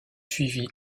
suivi